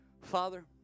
Father